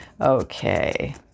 Okay